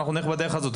אנחנו נלך בדרך הזאת.